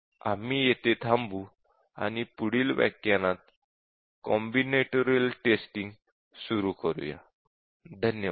आपण येथे थांबू आणि पुढील व्याख्यानात कॉम्बिनेटोरिअल टेस्टिंग सुरू करूयात